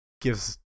gives